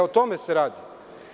O tome se radi.